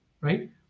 right